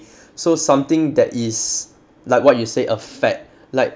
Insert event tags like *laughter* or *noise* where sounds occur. *breath* so something that is like what you said a fact like